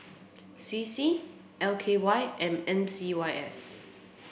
C C L K Y and M C Y S